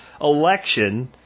election